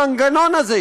המנגנון הזה,